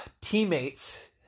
teammates